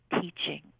teaching